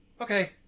Okay